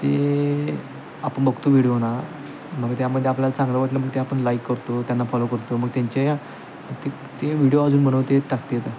ते आपण बघतो व्हिडिओ ना मग त्यामध्ये आपल्याला चांगलं वाटलं मग ते आपण लाईक करतो त्यांना फॉलो करतो मग त्यांच्या ते ते व्हिडिओ अजून बनवतात टाकतात